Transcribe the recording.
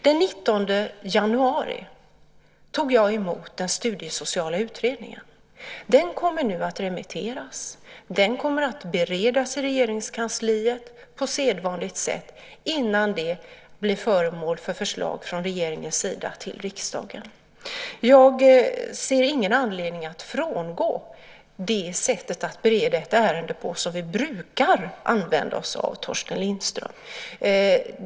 Den 19 januari tog jag emot den studiesociala utredningen. Den kommer nu att remitteras. Den kommer att beredas i Regeringskansliet på sedvanligt sätt innan detta blir föremål för förslag från regeringens sida till riksdagen. Jag ser ingen anledning att frångå det sätt att bereda ett ärende på som vi brukar använda oss av, Torsten Lindström.